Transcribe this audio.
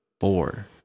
four